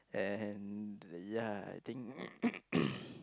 and ya I think